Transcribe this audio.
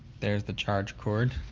there's the charge port.